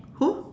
who